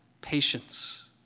patience